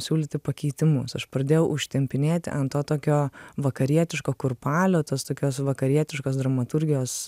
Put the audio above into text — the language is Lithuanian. siūlyti pakeitimus aš pradėjau užtempinėti ant to tokio vakarietiško kurpalio tas tokios vakarietiškos dramaturgijos